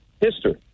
history